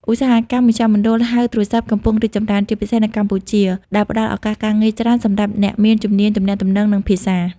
ឧស្សាហកម្មមជ្ឈមណ្ឌលហៅទូរស័ព្ទកំពុងរីកចម្រើន ជាពិសេសនៅកម្ពុជា ដែលផ្ដល់ឱកាសការងារច្រើនសម្រាប់អ្នកមានជំនាញទំនាក់ទំនង និងភាសា។